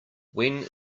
when